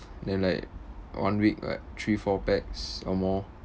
then like one week [what] three four packs or more